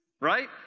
Right